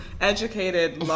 educated